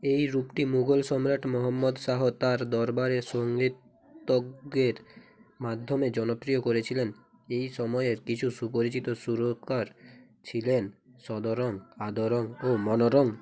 এই রূপটি মুঘল সম্রাট মহম্মদ শাহ তাঁর দরবারের সঙ্গীতজ্ঞের মাধ্যমে জনপ্রিয় করেছিলেন এই সময়ের কিছু সুপরিচিত সুরকার ছিলেন সদরং আদরং ও মনরং